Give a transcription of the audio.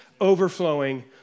overflowing